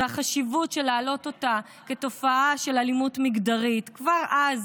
ואת החשיבות של להעלות אותה כתופעה של אלימות מגדרית כבר אז,